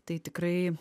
tai tikrai